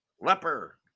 Leper